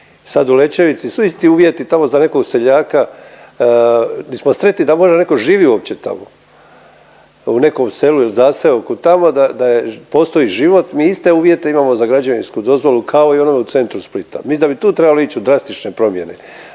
Sad u Lećevici su isti uvjeti tamo za nekog seljaka di smo sretni da može netko živit uopće tamo u nekom selu ili zaseoku tamo, da je postoji život, mi iste uvjete imamo za građevinsku dozvolu kao i ono u centru Splita, mislim da bi tu trebalo ić u drastične promjene.